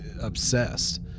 obsessed